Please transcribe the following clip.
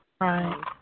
Right